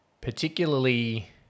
particularly